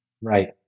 Right